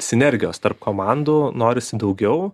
sinergijos tarp komandų norisi daugiau